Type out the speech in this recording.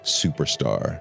superstar